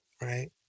right